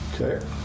Okay